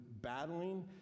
battling